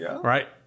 right